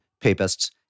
papists